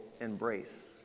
embrace